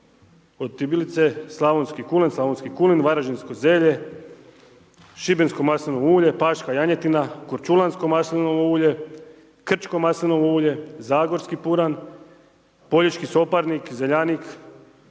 kulen, slavonski kulen, varaždinsko zelje, šibensko maslinovo ulje, paška janjetina, korčulansko maslinovo ulje, krčko maslinovo ulje, zagorski puran, …/Govornik se ne